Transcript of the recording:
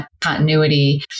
Continuity